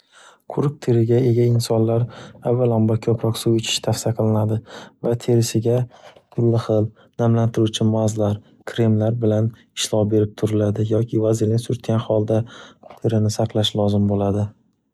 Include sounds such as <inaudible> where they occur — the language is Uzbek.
Quruq teriga ega insonlar avvalambo koʻproq suv ichish tavsiya qilinadi va terisiga <noise> turli xil namlantiruvchi mazlar, kremlar bilan ishlov berib turiladi, yoki vazilin surtgan holda terini saqlash lozim bo'ladi.